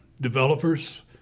developers